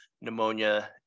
pneumonia